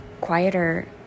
quieter